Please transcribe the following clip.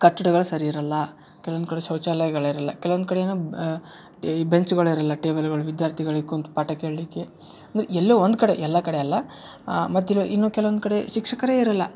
ಕಟ್ಟಡಗಳು ಸರಿ ಇರಲ್ಲ ಕೆಲ್ವೊಂದು ಕಡೆ ಶೌಚಾಲಯಗಳು ಇರಲ್ಲ ಕೆಲ್ವೊಂದು ಕಡೆ ಏನು ಈ ಬೆಂಚುಗಳಿರಲ್ಲ ಟೇಬಲ್ಗಳು ವಿದ್ಯಾರ್ಥಿಗಳಿಗೆ ಕುಂತು ಪಾಠ ಕೇಳಲಿಕ್ಕೆ ಅಂದ್ರೆ ಎಲ್ಲೋ ಒಂದು ಕಡೆ ಎಲ್ಲ ಕಡೆ ಅಲ್ಲ ಮತ್ತಿರುವ ಇನ್ನು ಕೆಲವೊಂದು ಕಡೆ ಶಿಕ್ಷಕರೇ ಇರಲ್ಲ